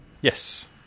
Yes